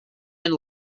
and